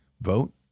vote